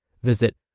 Visit